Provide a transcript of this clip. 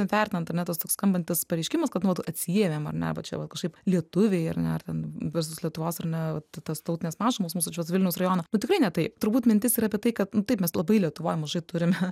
vertinant ar ne tas toks skambantis pareiškimas kad nu vat atsiėmėm ar ne va čia va kažkaip lietuviai ar ne ar ten versus lietuvos ar ne vat tas tautines mažumas mūsų čia vilniaus rajono tikrai ne taip turbūt mintis yra apie tai kad nu taip mes labai lietuvoj mažai turime